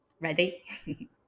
Ready